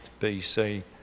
BC